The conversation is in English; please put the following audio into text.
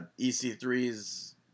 EC3's